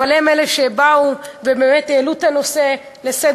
אבל הם אלה שבאו והעלו את הנושא על סדר-היום,